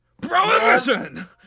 Prohibition